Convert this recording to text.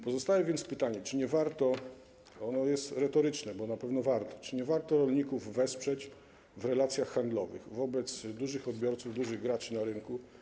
Pozostaje więc pytanie: Czy nie warto - ono jest retoryczne, bo na pewno warto - rolników wesprzeć w relacjach handlowych wobec dużych odbiorców, dużych graczy na rynku?